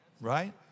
right